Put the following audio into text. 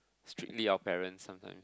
spirit of parents sometimes